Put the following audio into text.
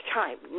time